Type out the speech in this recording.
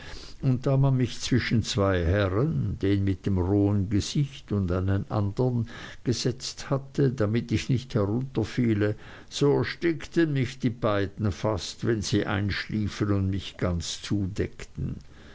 und da man mich zwischen zwei herren den mit dem rohen gesicht und einen andern gesetzt hatte damit ich nicht herunterfiele so erstickten mich die beiden fast wenn sie einschliefen und mich ganz zudeckten